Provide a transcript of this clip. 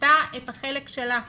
עשתה את החלק שלה ואנחנו,